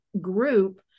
group